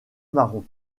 marron